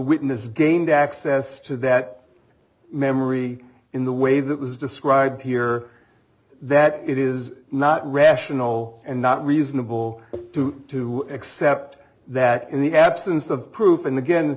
witness gained access to that memory in the way that was described here that it is not rational and not reasonable to accept that in the absence of proof and again